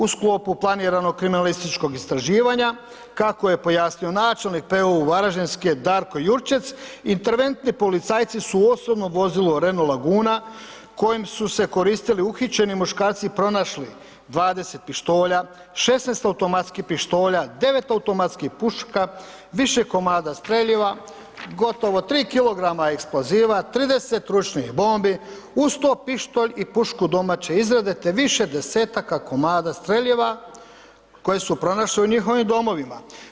U sklopu planiranog kriminalističkog istraživanja kako je pojasnio načelnik PU Varaždinske Darko Jurčec interventni policajci su osobno vozilo renault laguna kojim su se koristili uhićeni muškarci pronašli 20 pištolja, 16 automatskih pištolja, 9 automatskih puška, više komada streljiva, gotovo 3 kg eksploziva, 30 ručnih bombi uz to pištolj i pušku domaće izrade, te više desetaka komada streljiva koje su pronašli u njihovim domovima.